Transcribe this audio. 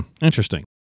Interesting